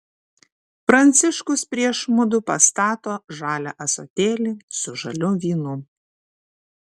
pranciškus prieš mudu pastato žalią ąsotėlį su žaliu vynu